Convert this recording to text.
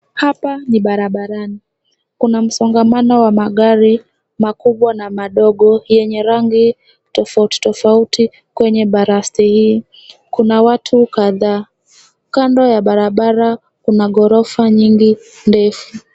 Hapa ni barabarani. Kuna msongamano wa magari makubwa na madogo yenye rangi tofauti tofauti kwenye barasi hii. Kuna watu kadhaa. Kando ya barabara kuna ghorofa nyingi ndefu.